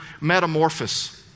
metamorphosis